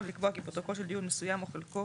לקבוע כי בסופו של דיון מסוים או חלקו